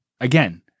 again